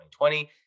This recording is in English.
2020